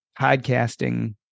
podcasting